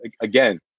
again